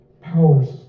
powers